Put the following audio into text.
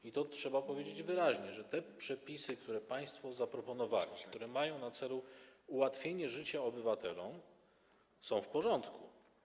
I to trzeba powiedzieć wyraźnie, że te przepisy, które państwo zaproponowaliście, a które mają na celu ułatwienie życia obywatelom, są w porządku.